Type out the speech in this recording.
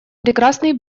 прекрасный